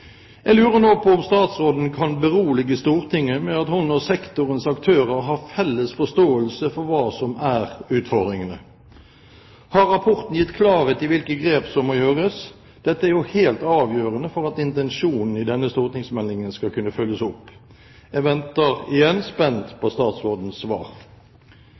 Jeg lurer nå på om statsråden kan berolige Stortinget med at hun og sektorens aktører har felles forståelse for hva som er utfordringene? Har rapporten gitt klarhet i hvilke grep som må gjøres? Dette er jo helt avgjørende for at intensjonen i denne stortingsmeldingen skal kunne følges opp. Jeg venter igjen spent på statsrådens svar.